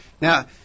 Now